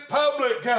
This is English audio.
public